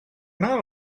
not